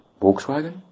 Volkswagen